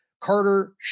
Carter